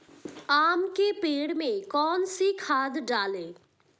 आम के पेड़ में कौन सी खाद डालें?